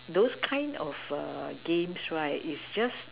those kind of games right is just